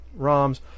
ROMs